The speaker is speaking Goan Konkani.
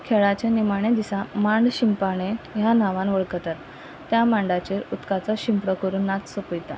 खेळाच्या निमाणे दिसा मांड शिंपाणे ह्या नांवान वळखतात त्या मांडाचेर उदकाचो शिंपडो करून नाच सोपयता